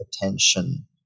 attention